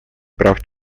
прав